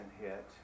hit